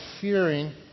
fearing